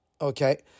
okay